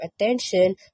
attention